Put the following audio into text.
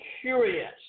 curious